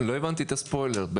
לא הבנתי את הספוילר.